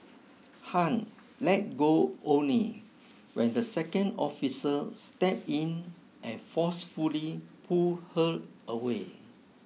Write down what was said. Han let go only when the second officer stepped in and forcefully pulled her away